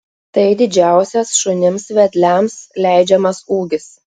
tai didžiausias šunims vedliams leidžiamas ūgis